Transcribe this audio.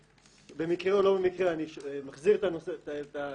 במקרה או לא במקרה אני מחזיר את העניין